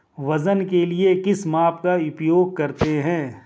वजन के लिए किस माप का उपयोग करते हैं?